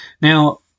Now